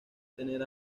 tener